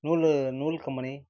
நூல் நூல் கம்பெனி